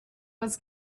was